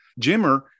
Jimmer